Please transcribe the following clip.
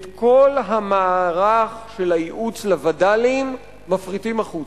את כל המערך של הייעוץ לווד"לים מפריטים החוצה.